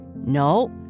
No